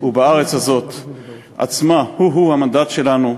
ובארץ הזאת עצמה, הוא הוא המנדט שלנו.